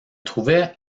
trouvait